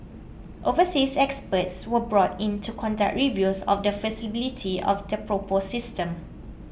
overseas experts were brought in to conduct reviews of the feasibility of the proposed system